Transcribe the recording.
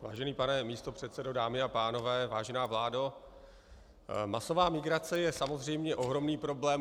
Vážený pane místopředsedo, dámy a pánové, vážená vládo, masová migrace je samozřejmě ohromný problém.